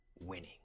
winning